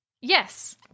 Yes